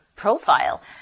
profile